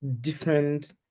different